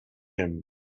him